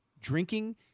drinking